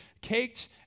caked